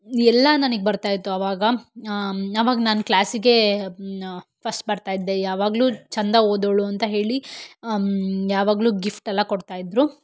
ಎಲ್ಲ ನನಗ್ ಬರ್ತಾ ಇತ್ತು ಅವಾಗ ಅವಾಗ ನಾನು ಕ್ಲಾಸಿಗೆ ಫಸ್ಟ್ ಬರ್ತಾ ಇದ್ದೆ ಯಾವಾಗಲೂ ಚಂದ ಓದೋಳು ಅಂತ ಹೇಳಿ ಯಾವಾಗಲೂ ಗಿಫ್ಟ್ ಎಲ್ಲ ಕೊಡ್ತಾ ಇದ್ದರು